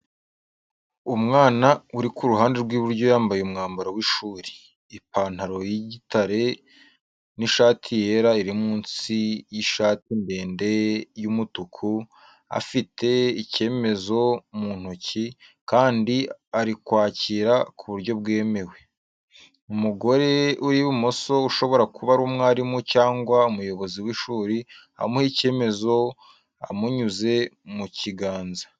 Umwana uri ku ruhande rw’iburyo yambaye umwambaro w’ishuri, ipantalo y’igitare n’ishati yera iri munsi y’ishati ndende y’umutuku, afite icyemezo mu ntoki, kandi ari kwakira ku buryo bwemewe. Umugore uri ibumoso, ushobora kuba ari umwarimu cyangwa umuyobozi w’ishuri amuha icyemezo amunyuze mu kiganza.